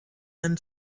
and